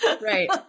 Right